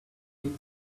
you